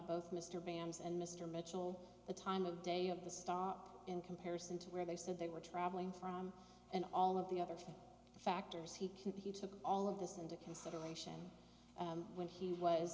both mr benz and mr mitchell the time of day of the star in comparison to where they said they were travelling from and all of the other few factors he took all of this into consideration when he was